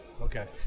okay